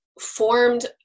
formed